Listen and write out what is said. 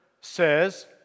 says